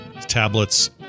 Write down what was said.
Tablets